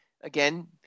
again